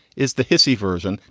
is the hisey version.